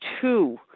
two